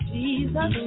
Jesus